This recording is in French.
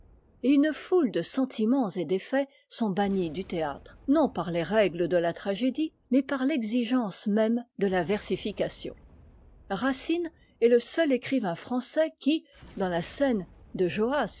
et une foule de sentiments et d'effets sont bannis du théâtre non par les règles de la tragédie mais par l'exigence même de la versification racine est le seul écrivain français qui dans la scène de joas